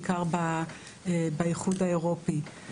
בעיקר באיחוד האירופי.